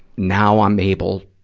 now i'm able,